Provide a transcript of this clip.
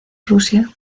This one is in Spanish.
rusia